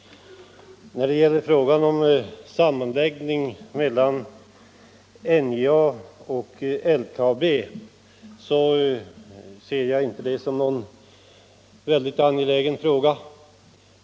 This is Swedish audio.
Jag ser inte en sammanläggning mellan NJA och LKAB som någon speciellt angelägen fråga.